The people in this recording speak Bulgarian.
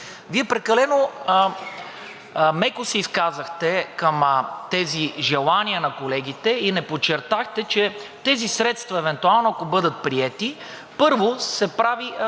Вие прекалено меко се изказахте към тези желания на колегите и не подчертахте, че тези средства евентуално, ако бъдат приети, първо, се прави един